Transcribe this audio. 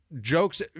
jokes